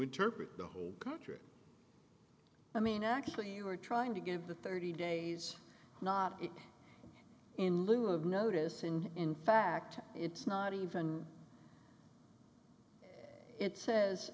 interpret the whole country i mean actually you are trying to give the thirty days not it in lieu of notice and in fact it's not even it says